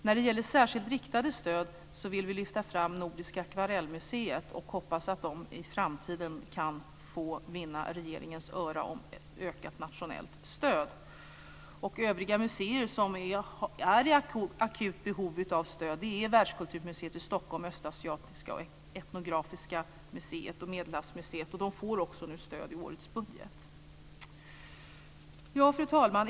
När det gäller särskilt riktade stöd vill vi lyfta fram Nordiska akvarellmuseet och hoppas att det i framtiden kan vinna regeringens öra då det gäller ett ökat nationellt stöd. Övriga museer i akut behov av stöd är Världskulturmuseet samt i Stockholm Östasiatiska museet, Etnografiska museet och Medelhavsmuseet. De får nu också stöd i årets budget. Fru talman!